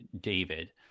David